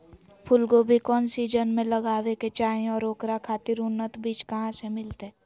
फूलगोभी कौन सीजन में लगावे के चाही और ओकरा खातिर उन्नत बिज कहा से मिलते?